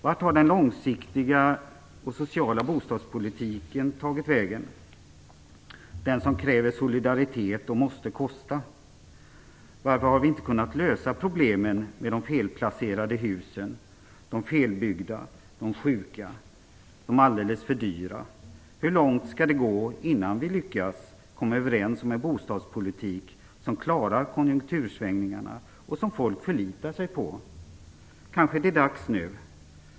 Vart har den långsiktiga och sociala bostadspolitiken tagit vägen - den som kräver solidaritet och måste kosta? Varför har vi inte kunnat lösa problemen med de felplacerade, de felbyggda, de sjuka och de alldeles för dyra husen? Hur långt skall det gå innan vi lyckas komma överens om en bostadspolitik som klarar konjunktursvängningarna och som folk förlitar sig på? Kanske det är dags nu.